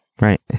Right